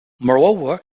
moreover